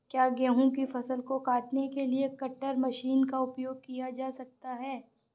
क्या गेहूँ की फसल को काटने के लिए कटर मशीन का उपयोग किया जा सकता है?